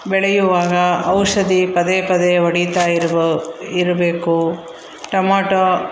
ಬೆಳೆಯುವಾಗ ಔಷಧಿ ಪದೇ ಪದೇ ಹೊಡಿತಾ ಇರ್ಬೌ ಇರಬೇಕು ಟೊಮೊಟೊ